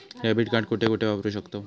Debit card कुठे कुठे वापरू शकतव?